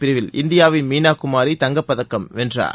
பிரிவில் இந்தியாவின் மீனா குமாரி தங்கப் பதக்கம் வென்றார்